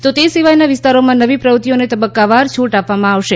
તો તે સિવાયના વિસ્તારોમાં નવી પ્રવૃત્તિઓને તબક્કાવાર છૂટ આપવામાં આવશે